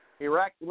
Iraq